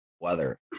weather